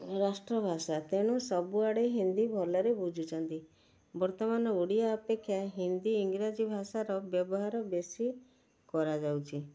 ରାଷ୍ଟ୍ର ଭାଷା ତେଣୁ ସବୁଆଡ଼େ ହିନ୍ଦୀ ଭଲରେ ବୁଝୁଛନ୍ତି ବର୍ତ୍ତମାନ ଓଡ଼ିଆ ଅପେକ୍ଷା ହିନ୍ଦୀ ଇଂରାଜୀ ଭାଷାର ବ୍ୟବହାର ବେଶୀ କରାଯାଉଛି